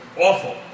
Awful